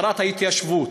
להסדרת התיישבות,